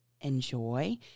enjoy